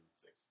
six